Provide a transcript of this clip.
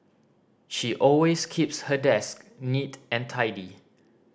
she always keeps her desk neat and tidy